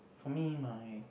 for me my